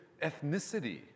ethnicity